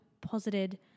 posited